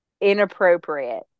inappropriate